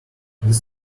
this